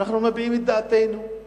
אנחנו מביעים את דעתנו,